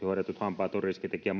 hoidetut hampaat ovat riskitekijä